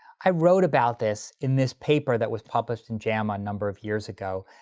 i wrote about this in this paper that was published in jama a number of years ago.